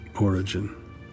origin